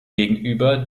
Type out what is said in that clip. gegenüber